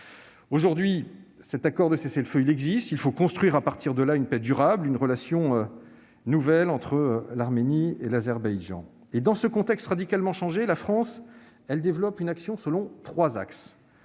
Aujourd'hui, l'accord de cessez-le-feu existe. Il faut construire à partir de là une paix durable et une relation nouvelle entre l'Arménie et l'Azerbaïdjan. Dans ce contexte radicalement changé, la France développe une action selon trois axes.